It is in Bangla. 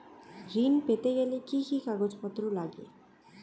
ঋণ পেতে গেলে কি কি কাগজপত্র লাগে?